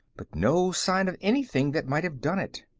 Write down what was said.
but no sign of anything that might have done it.